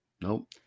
Nope